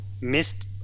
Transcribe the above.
missed